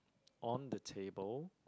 on the table